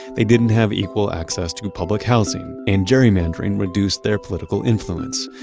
they didn't have equal access to public housing and gerrymandering reduced their political influence.